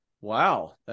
Wow